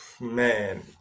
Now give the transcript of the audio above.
Man